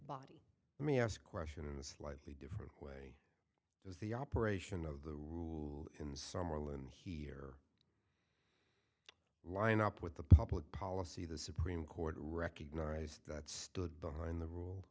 body let me ask question in a slightly different there's the operation of the rule in summerlin here line up with the public policy the supreme court recognized that stood behind the rule